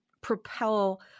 propel